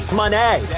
money